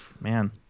man